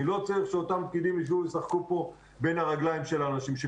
אני לא רוצה שאותם פקידים ישבו וישחקו פה בין הרגליים של האנשים שלי.